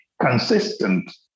consistent